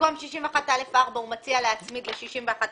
במקום סעיף 61(א)(4) הוא מציע להצמיד ל-א61(א)(3).